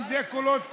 אם זה קולות קוראים,